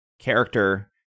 character